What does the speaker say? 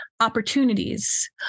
opportunities